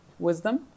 wisdom